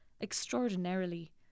extraordinarily